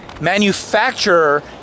manufacturer